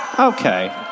Okay